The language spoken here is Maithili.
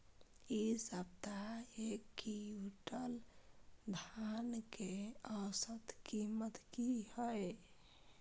इ सप्ताह एक क्विंटल धान के औसत कीमत की हय?